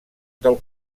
del